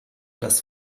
das